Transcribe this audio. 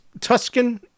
Tuscan